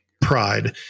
pride